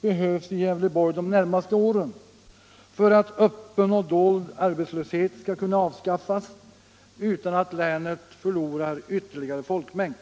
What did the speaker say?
behövs i Gävleborg de närmaste åren för att öppen och dold arbetslöshet skall kunna avskaffas utan att länet förlorar ytterligare i folkmängd.